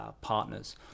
partners